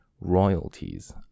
royalties